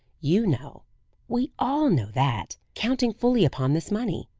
you know we all know that, counting fully upon this money,